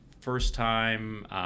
first-time